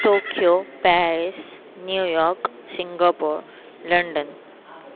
Tokyo Paris New York Singapore London